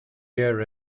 year